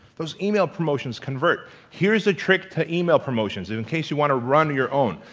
those email promotions convert. here's the trick to email promotions in-case you want to run your own.